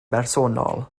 bersonol